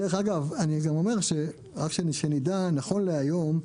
דרך אגב, אני גם אומר שרק שנדע נכון להיום,